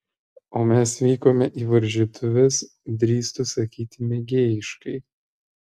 o mes vykome į varžytuves drįstu sakyti mėgėjiškai